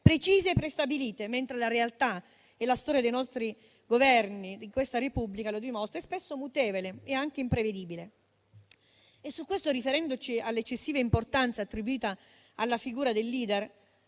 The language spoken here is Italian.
precise e prestabilite, mentre la realtà (e la storia dei nostri Governi di questa Repubblica lo dimostra) è spesso mutevole e anche imprevedibile. Su questo, riferendoci all'eccessiva importanza attribuita alla figura del *leader,*